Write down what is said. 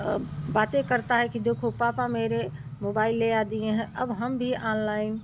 बातें करता है कि देखो पापा मेरे मोबाइल ले आ दिये हैं अब हम भी आनलाइन